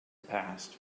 passed